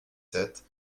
sept